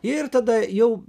ir tada jau